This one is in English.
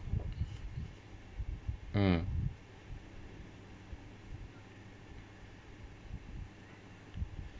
mm